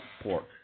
pork